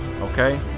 Okay